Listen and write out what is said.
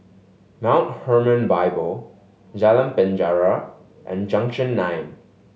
Mount Hermon Bible Jalan Penjara and Junction Nine